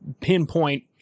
pinpoint